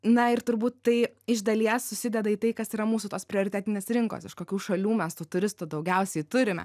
na ir turbūt tai iš dalies susideda į tai kas yra mūsų tos prioritetinės rinkos iš kokių šalių mes tų turistų daugiausiai turime